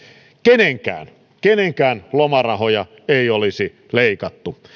kenenkään kenenkään lomarahoja ei olisi leikattu